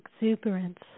exuberance